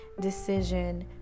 decision